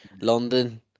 London